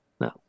No